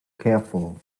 careful